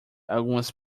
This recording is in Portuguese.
algumas